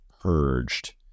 purged